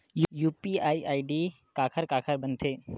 UPI ID काखर काखर बनथे?